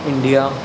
India